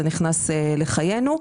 המוצר הזה נכנס לחיינו.